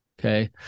Okay